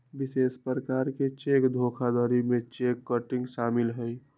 विशेष प्रकार के चेक धोखाधड़ी में चेक किटिंग शामिल हइ